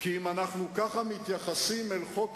כמו מכבש על אספלט